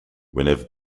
whenever